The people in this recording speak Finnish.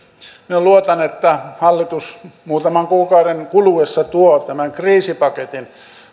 luotan että hallitus muutaman kuukauden kuluessa tuo tämän kriisipaketin